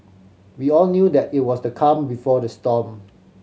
we all knew that it was the calm before the storm